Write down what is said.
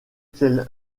qu’elle